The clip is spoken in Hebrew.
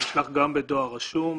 נשלח גם בדואר רשום.